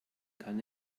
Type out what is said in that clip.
kann